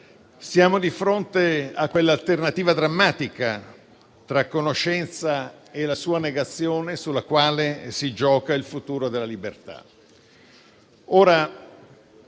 siamo di fronte a quella alternativa drammatica tra la conoscenza e la sua negazione, sulla quale si gioca il futuro della libertà.